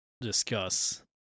discuss